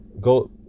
go